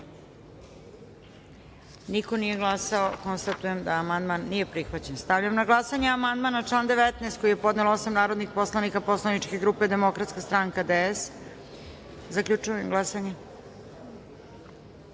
Niko nije glasao. Amandman nije prihvaćen. Stavljam na glasanje amandman na član 7. koji je podnelo osam narodnih poslanika Poslaničke grupe Demokratska stranka - DS.Zaključujem glasanje: